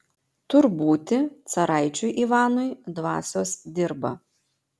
tur būti caraičiui ivanui dvasios dirba